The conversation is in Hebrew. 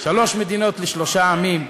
שלוש מדינות לשלושה עמים,